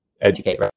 educate